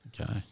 Okay